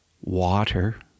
water